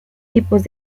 tipos